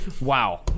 Wow